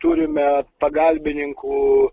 turime pagalbininkų